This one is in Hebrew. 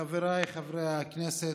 חבריי חברי הכנסת,